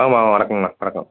வாங்கம்மா வணக்கங்ணா வணக்கம்